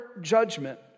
judgment